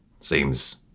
seems